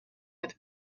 with